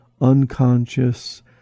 unconscious